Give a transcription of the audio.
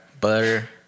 Butter